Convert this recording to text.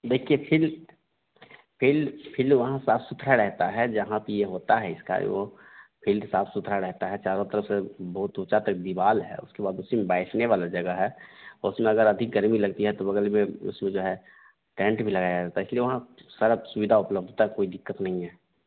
देखिए field field field वहाँ साफ़ सुथरा रहता है जहाँ पर यह होता है इसका वह फील्ड साफ़ सुथरा रहता है चारों तरफ़ से बहुत ऊँची सी दीवार है उसके बाद उसी में बैठने वाली जगह है उसमें अगर अधिक गर्मी लग रही है तो बगल में उसमें जो है टेन्ट भी लगाया रहता है कि वहाँ सारी सुविधा उपलब्धता तो कोई दिक्कत नहीं है